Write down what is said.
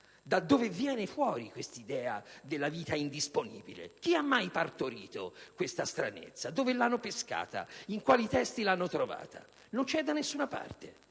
Da dove viene fuori l'idea della vita indisponibile? Chi ha mai partorito questa stranezza? Dove l'hanno pescata? In quali testi l'hanno trovata? Non c'è da nessuna parte.